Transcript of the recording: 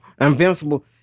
invincible